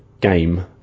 game